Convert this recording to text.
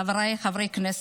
חבריי חברי הכנסת,